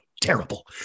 terrible